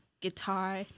guitar